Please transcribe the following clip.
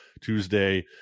Tuesday